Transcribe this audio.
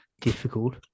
difficult